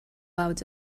out